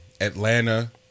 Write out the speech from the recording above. Atlanta